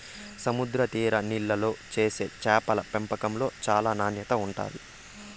సముద్ర తీర నీళ్ళల్లో చేసే చేపల పెంపకంలో చానా నాణ్యత ఉంటాది